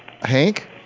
Hank